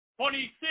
26